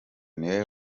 niwe